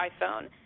iPhone